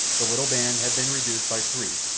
the little band had been reduced by three,